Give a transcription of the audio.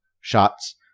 shots